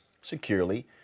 securely